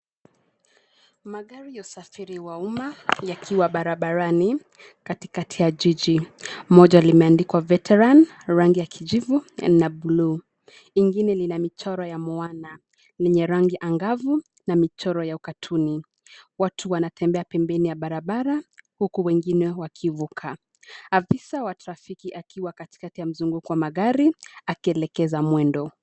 Magari ya usafiri wa uma yakiwa barabarani katikati ya jiji. Moja limeandikwa veteran rangi ya kijivu na buluu. Ingine lina michoro ya moana yenye rangi angavu na michoro ya ukatuni. Watu wanatembea pembeni ya barabara huku wengine wakivuka. Afisa wa trafiki akiwa katikati ya mzunguko wa magari akielekeza mwendo.